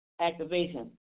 activation